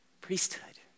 priesthood